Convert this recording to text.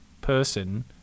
person